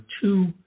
two